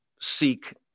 seek